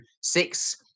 six